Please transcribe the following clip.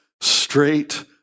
straight